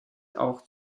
auch